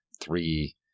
three